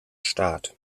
staat